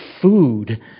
food